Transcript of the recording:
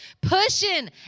pushing